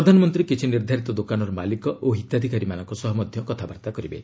ପ୍ରଧାନମନ୍ତ୍ରୀ କିଛି ନିର୍ଦ୍ଧାରିତ ଦୋକାନର ମାଲିକ ଓ ହିତାଧିକାରୀମାନଙ୍କ ସହ ମଧ୍ୟ କଥାବାର୍ତ୍ତା କରିବେ